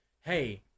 hey